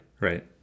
right